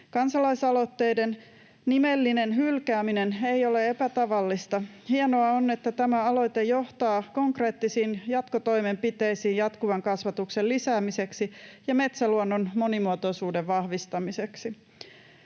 Kansalaisaloitteiden nimellinen hylkääminen ei ole epätavallista. Hienoa on, että tämä aloite johtaa konkreettisiin jatkotoimenpiteisiin jatkuvan kasvatuksen lisäämiseksi ja metsäluonnon monimuotoisuuden vahvistamiseksi.